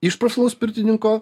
iš profesionalaus pirtininko